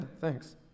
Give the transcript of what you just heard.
thanks